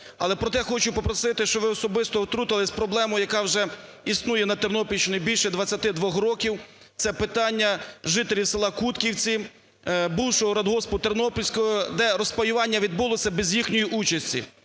Але проте хочу попросити, щоб ви особисто втрутилися в проблему, яка вже існує на Тернопільщині більше 22 років, - це питання жителів села Кутківці, бувшого радгоспу "Тернопільського", де розпаювання відбулося без їхньої участі,